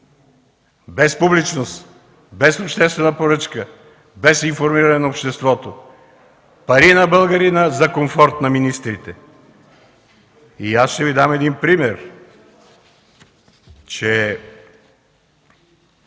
без публичност, без обществена поръчка, без информиране на обществото. Пари на българина за комфорт на министрите! Аз ще Ви дам един пример –